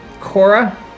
Cora